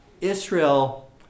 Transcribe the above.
Israel